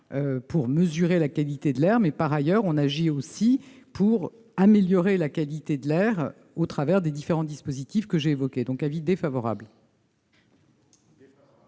pour mesurer la qualité de l'air, mais par ailleurs on agit aussi pour améliorer la qualité de l'air au travers des différents dispositifs que j'ai évoquée donc avis défavorable.